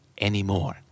anymore